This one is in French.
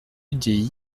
udi